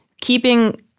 keeping